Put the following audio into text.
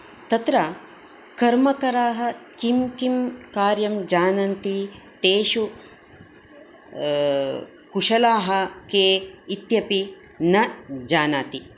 तत्र कर्मकराः किं किं कार्यं जानन्ति तेषु कुशलाः के इत्यपि न जानाति